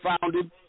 founded